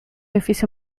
edificio